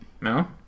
No